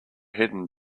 hidden